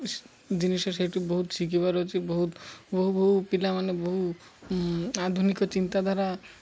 ଜିନିଷ ସେଉଠୁ ବହୁତ ଶିଖିିବାର ଅଛି ବହୁତ ବହୁ ବହୁ ପିଲାମାନେ ବହୁ ଆଧୁନିକ ଚିନ୍ତାଧାରା